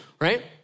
right